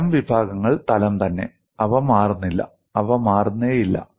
തലം വിഭാഗങ്ങൾ തലം തന്നെ അവ മാറുന്നില്ല അവ മാറുന്നേയില്ല